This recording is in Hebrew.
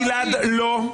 גלעד, לא.